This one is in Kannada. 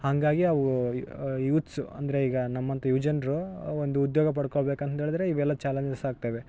ಹಂಗಾಗಿ ಅವೂ ಯೂತ್ಸ್ ಅಂದರೆ ಈಗ ನಮ್ಮಂಥ ಯುವ ಜನರು ಒಂದು ಉದ್ಯೋಗ ಪಡ್ಕೊಳ್ಬೇಕು ಅಂತಂದೇಳಿದ್ರೆ ಇವೆಲ್ಲಾ ಚಾಲೆಂಜಸ್ ಆಗ್ತಾವೆ